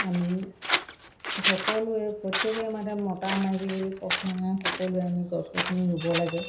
আমি সকলোৱে প্ৰত্যেকেই মানে মতা মাইকী বুলি প্ৰশ্ন নাই সকলোৱে আমি গছ গছনি ৰুব লাগে